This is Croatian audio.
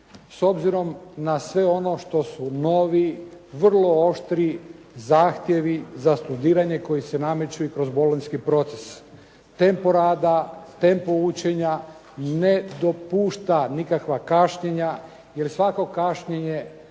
s obzirom na sve ono što su novi vrlo oštri zahtjevi za studiranje koji se nameću i kroz Bolonjski proces. Tempo rada, tempo učenja ne dopušta nikakva kašnjenja, jer svako kašnjenje